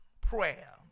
prayer